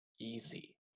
easy